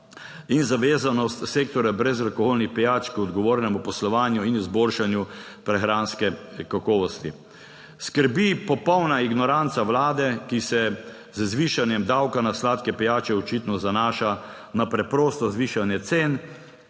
in zavezanost sektorja brezalkoholnih pijač k odgovornemu poslovanju in izboljšanju prehranske kakovosti skrbi. Popolna ignoranca Vlade, ki se z zvišanjem davka na sladke pijače očitno zanaša na preprosto zvišanje cen